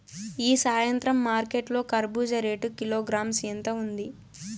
ఈ సాయంత్రం మార్కెట్ లో కర్బూజ రేటు కిలోగ్రామ్స్ ఎంత ఉంది?